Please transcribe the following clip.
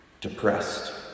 depressed